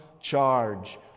charge